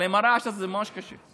אבל עם הרעש הזה ממש קשה.